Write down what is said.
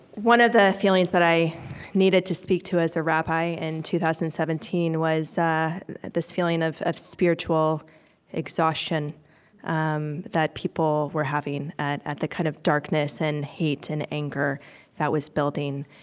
one of the feelings that i needed to speak to as a rabbi in two thousand and seventeen was this feeling of of spiritual exhaustion um that people were having at at the kind of darkness and hate and anger that was building.